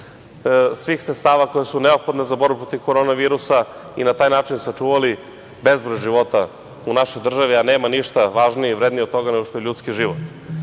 svih sredstava koja su neophodna za borbu protiv korona virusa i na taj način sačuvali bezbroj života u našoj državi, a nema ništa važnije i vrednije od toga nego što je ljudski život.